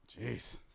jeez